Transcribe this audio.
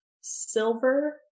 silver